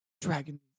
Dragon